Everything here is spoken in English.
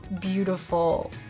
beautiful